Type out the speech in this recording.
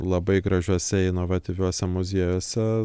labai gražiuose inovatyviuose muziejuose